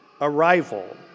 arrival